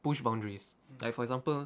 push boundaries like for example